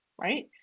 right